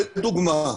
לדוגמה,